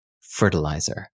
fertilizer